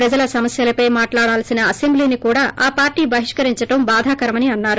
ప్రజల సమస్యలపై మాట్లాడాల్సిన అసెంబ్లీని కూడా ఆ పార్లీ బహిష్కరించడం బాధాకరమని అన్నారు